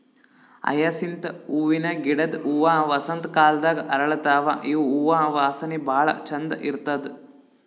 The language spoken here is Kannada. ಹಯಸಿಂತ್ ಹೂವಿನ ಗಿಡದ್ ಹೂವಾ ವಸಂತ್ ಕಾಲದಾಗ್ ಅರಳತಾವ್ ಇವ್ ಹೂವಾ ವಾಸನಿ ಭಾಳ್ ಛಂದ್ ಇರ್ತದ್